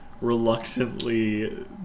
reluctantly